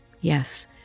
Yes